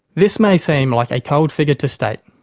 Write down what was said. this may seem like a cold figure to state.